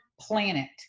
planet